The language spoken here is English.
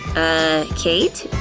ah, kate?